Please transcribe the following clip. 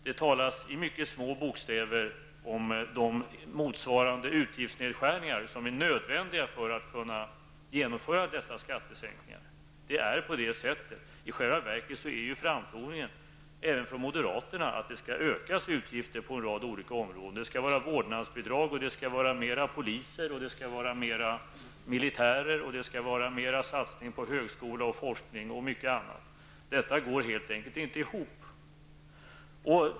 Det talas i mycket små bokstäver om de motsvarande utgiftsnedskärningar som är nödvändiga för att kunna genomföra dessa skattesänkningar. I själva verket framtonas även från moderaterna att utgifter skall ökas på en rad olika områden. Det skall vara vårdnadsbidrag, fler poliser, mer militärer, större satsning på högskola och forskning och mycket annat. Detta går helt enkelt inte ihop.